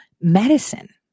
medicine